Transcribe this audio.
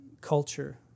culture